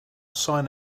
sign